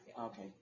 okay